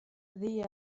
the